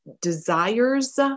desires